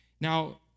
now